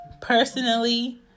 personally